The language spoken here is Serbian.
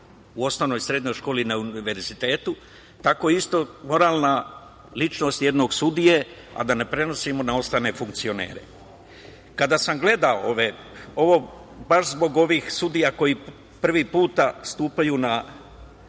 u osnovnoj, srednjoj školi i na univerzitetu, tako isto i moralna ličnost jednog sudije, a da ne prenosimo na ostale funkcionere. Kada sam gledao ovo, baš zbog ovih sudija koji prvi put stupaju na